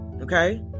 Okay